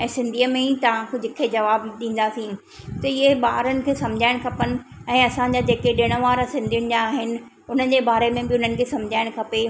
ऐं सिंधीअ में ई तव्हांखे जवाबु ॾींदासीं त इहो ॿारनि खे समुझाइण खपनि ऐं असांजा जेके ॾिण वार सिंधियुनि जा आहिनि हुनजे बारे में बि उन्हनि खे समुझाएणु खपे